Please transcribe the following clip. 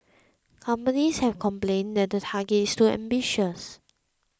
companies have complained that the target is too ambitious